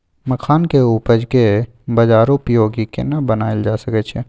मखान के उपज के बाजारोपयोगी केना बनायल जा सकै छै?